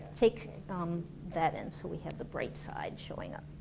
take um that end so we have the bright side showing up